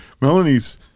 Melanie's